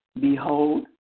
Behold